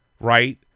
right